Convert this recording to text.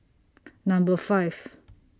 Number five